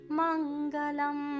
mangalam